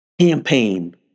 campaign